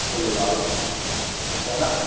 ஃபுல்லா வேணால்